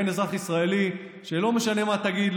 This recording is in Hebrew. ואין אזרח ישראלי שלא משנה מה תגיד,